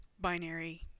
binary